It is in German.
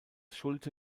schulte